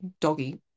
doggy